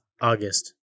August